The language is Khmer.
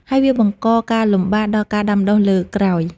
ហើយវាបង្កការលំបាកដល់ការដាំដុះលើកក្រោយ។